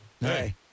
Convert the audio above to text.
Hey